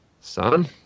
son